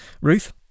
Ruth